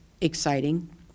exciting